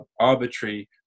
arbitrary